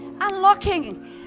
unlocking